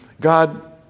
God